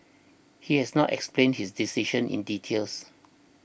he has not explained his decision in details